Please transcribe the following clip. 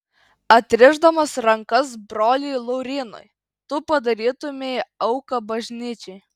atrišdamas rankas broliui laurynui tu padarytumei auką bažnyčiai